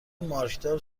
مارکدار